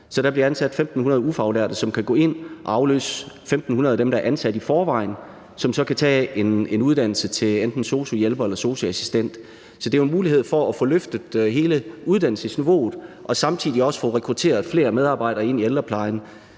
Så der bliver ansat 1.500 ufaglærte, som kan gå ind og afløse 1.500 af dem, der er ansat i forvejen, som så kan tage en uddannelse til enten sosu-hjælper eller sosu-assistent. Så det er en mulighed for at få løftet hele uddannelsesniveauet og samtidig også få rekrutteret flere medarbejdere ind i ældreplejen.